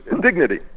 dignity